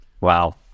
wow